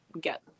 get